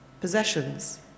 Possessions